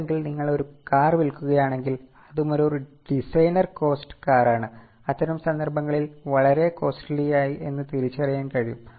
അല്ലെങ്കിൽ നിങ്ങൾ ഒരു കാർ വിൽക്കുകയാണെങ്കിൽ അതും ഒരു ഒരു ഡിസൈനർ കോസ്റ്റ് കാറാണ് അത്തരം സന്ദർഭങ്ങളിൽ വളരെ കോസ്റ്റലി ആണ് എന്ന് തിരിച്ചറിയാൻ കഴിയും